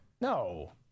No